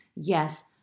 Yes